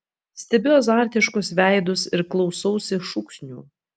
stebiu azartiškus veidus ir klausausi šūksnių